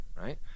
right